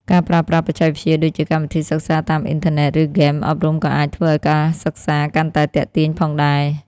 ការប្រើប្រាស់បច្ចេកវិទ្យាដូចជាកម្មវិធីសិក្សាតាមអ៊ីនធឺណិត ឬហ្គេមអប់រំក៏អាចធ្វើឱ្យការសិក្សាកាន់តែទាក់ទាញផងដែរ។